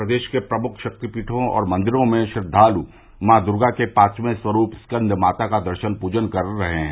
प्रदेश के प्रमुख शक्तिपीठों और मंदिरों में श्रद्वाल मैं दर्गा के पाचवे स्वरूप मो स्कन्द माता का दर्शन पूजन कर रहे हैं